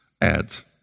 Ads